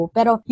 Pero